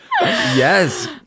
Yes